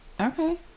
okay